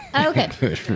Okay